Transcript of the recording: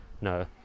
No